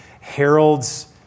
heralds